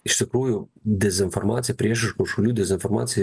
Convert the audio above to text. iš tikrųjų dezinformacija priešiškų šalių dezinformacija